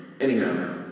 Anyhow